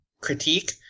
critique